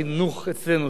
שהוא חינוך חינם,